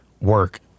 work